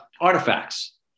artifacts